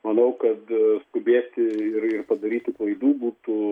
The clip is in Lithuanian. manau kad skubėti ir padaryti klaidų būtų